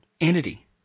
entity